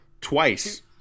twice